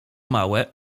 małe